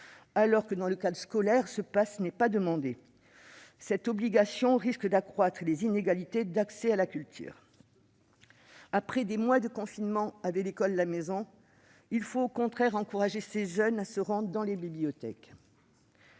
alors que dans le cadre scolaire le passe n'est pas demandé. Cette obligation risque d'accroître les inégalités d'accès à la culture. Après des mois de confinement avec l'école à la maison, il faudrait au contraire encourager les jeunes à se rendre dans les bibliothèques.